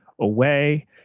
away